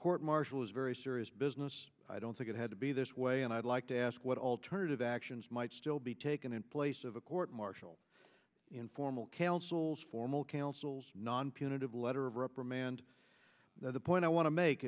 court martial is very serious business i don't think it had to be this way and i'd like to ask what alternative actions might still be taken in place of a court martial in formal counsel's formal counsel's non punitive letter of reprimand the point i want to make